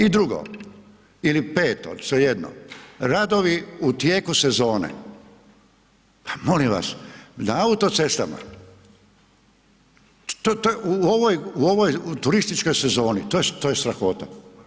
I drugo ili peto, svejedno, radovi u tijeku sezone, pa molim vas, na autocestama u turističkoj sezoni, to je strahota.